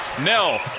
Nell